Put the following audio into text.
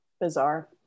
Bizarre